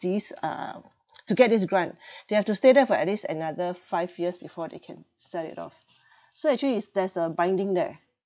this uh to get this grant they have to stay there for at least another five years before they can sell it off so actually is there's a binding there